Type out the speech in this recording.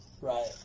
Right